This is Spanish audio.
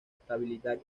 estabilidad